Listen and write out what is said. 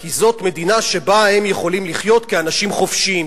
כי זאת מדינה שבה הם יכולים לחיות כאנשים חופשיים,